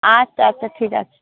আচ্ছা আচ্ছা ঠিক আছে